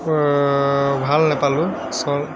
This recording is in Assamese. ভাল নাপালোঁ চ